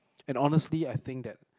and honestly I think that